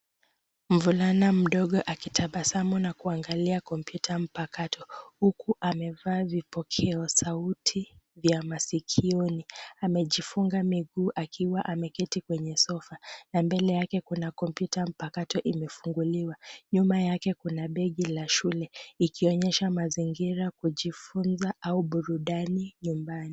Mvulana mdogo akitabasamu na kuangalia kompyuta mpakato huku amevaa vipokea sauti ya masikioni. Amejifunga miguu akiwa ameketi kwenye sofa na mbele yake kuna kompyuta mpakato imefunguliwa. Nyuma yake kuna begi la shule ikionyesha mazingira kujifunza au burudani nyumbani.